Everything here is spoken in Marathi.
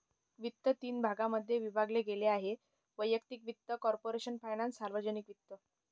वित्त तीन भागांमध्ये विभागले गेले आहेः वैयक्तिक वित्त, कॉर्पोरेशन फायनान्स, सार्वजनिक वित्त